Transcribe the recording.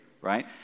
Right